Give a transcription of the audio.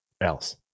else